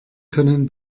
können